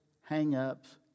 hang-ups